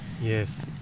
Yes